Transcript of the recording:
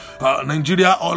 Nigeria